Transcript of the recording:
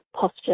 posture